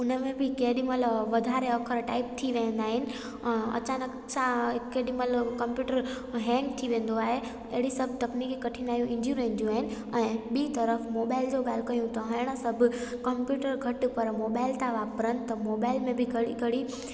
हुन में बि केॾी महिल वधारे अख़र टाइप थी वेंदा आहिनि अचानकि सां केॾी महिल कम्पयूटर हैंग थी वेंदो आहे अहिड़ी सभु तकनीकी कठिनायूं ईंदियूं रहंदियूं आहिनि ऐं ॿीं तरफ़ मोबाइल जी ॻाल्हि कयूं था हाणे सभु कम्पयूटर घटि पर मोबाइल था वापरनि त मोबाइल में बि घड़ी घड़ी